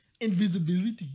Invisibility